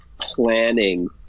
planning